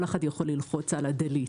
כל אחד יכול ללחוץ על "delete".